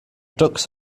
ducks